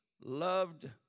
loved